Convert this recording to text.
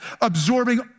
absorbing